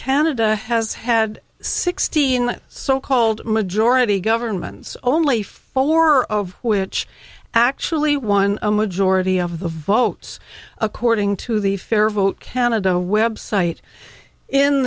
canada has had sixteen so called majority governments only four of which actually won a majority of the votes according to the fair vote canada website in